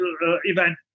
event